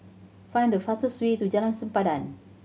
find the fastest way to Jalan Sempadan